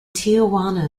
tijuana